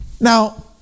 Now